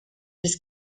his